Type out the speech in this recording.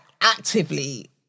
actively